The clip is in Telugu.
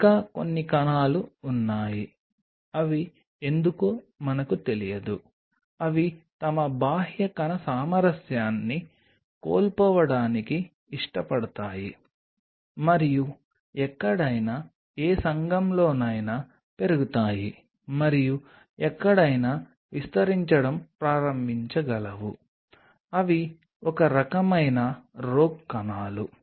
ఇంకా కొన్ని కణాలు ఉన్నాయి అవి ఎందుకు మనకు తెలియదు అవి తమ బాహ్య కణ సామరస్యాన్ని కోల్పోవటానికి ఇష్టపడతాయి మరియు ఎక్కడైనా ఏ సంఘంలోనైనా పెరుగుతాయి మరియు ఎక్కడైనా విస్తరించడం ప్రారంభించగలవు అవి ఒక రకమైన రోగ్ కణాలు